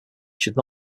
should